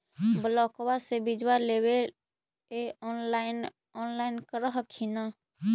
ब्लोक्बा से बिजबा लेबेले ऑनलाइन ऑनलाईन कर हखिन न?